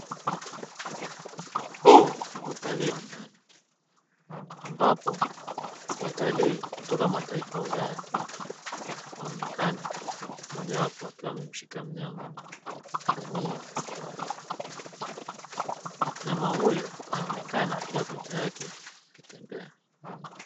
Huu ni utalii wa ndani ambapo watalii kutoka mataifa ya Ulaya wanaonekana mmojawapo akiwa amemshika mnyama jamii kifaru. Mnyama huyu anaonekana akiwa peke yake akitembea.